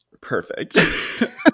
Perfect